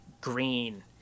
green